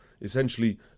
essentially